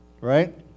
right